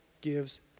gives